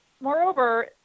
moreover